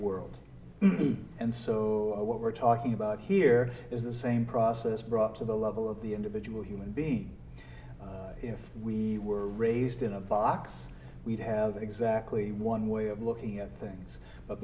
world and so what we're talking about here is the same process brought to the level of the individual human being if we were raised in a box we'd have exactly one way of looking at things but